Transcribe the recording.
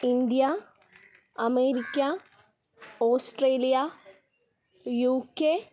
India America Australia UK